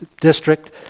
district